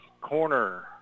corner